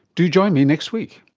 do join me next week